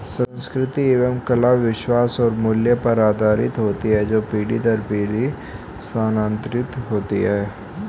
संस्कृति एवं कला विश्वास और मूल्य पर आधारित होती है जो पीढ़ी दर पीढ़ी स्थानांतरित होती हैं